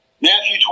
Matthew